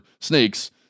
snakes